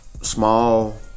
small